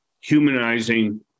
humanizing